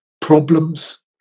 problems